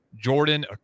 Jordan